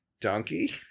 Donkey